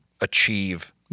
achieve